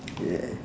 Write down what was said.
yeah